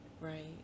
Right